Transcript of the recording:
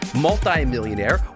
Multi-millionaire